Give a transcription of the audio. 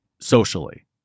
socially